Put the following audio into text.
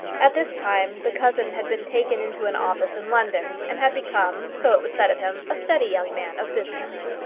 at this time the cousin had been taken into an office in london, and had become so it was said of him a steady young man of business.